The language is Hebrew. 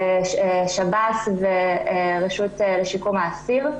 שירות בתי הסוהר ורשות לשיקום האסיר.